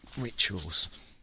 rituals